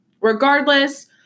regardless